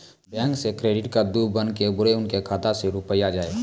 Bank से credit card बन के बुरे उनके खाता मे रुपिया जाएब?